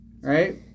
right